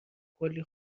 کلی